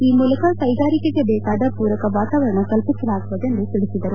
ಈ ಮೂಲಕ ಕೈಗಾರಿಕೆಗೆ ಬೇಕಾದ ಪೂರಕ ವಾತಾವರಣ ಕಲ್ಪಿಸಲಾಗುವುದು ಎಂದು ತಿಳಿಸಿದರು